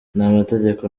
n’amategeko